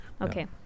Okay